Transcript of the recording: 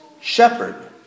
shepherd